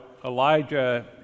Elijah